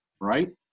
right